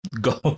go